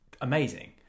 amazing